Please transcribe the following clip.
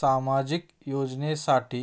सामाजिक योजनेसाठी